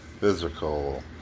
physical